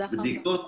הבדיקות